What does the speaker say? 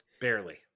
Barely